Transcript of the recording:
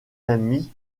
ami